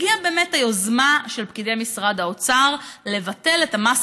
הגיעה באמת היוזמה של פקידי משרד האוצר לבטל את המס